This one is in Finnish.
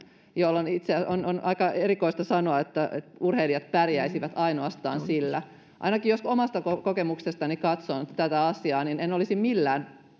jolloin on aika erikoista sanoa että urheilijat pärjäisivät ainoastaan sillä ainakin jos omasta kokemuksestani katson tätä asiaa niin en olisi millään